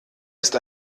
ist